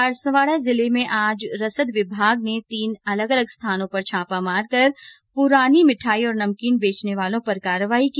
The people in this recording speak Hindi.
बांसवाड़ा जिले में आज रसद विभाग ने अलग अलग स्थानों पर छापा मारकर पुरानी मिठाई और नमकीन बेचने वालों पर कार्रवाई की